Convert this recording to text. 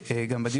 בנוסף לכך,